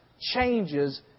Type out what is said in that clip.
changes